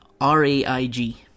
R-A-I-G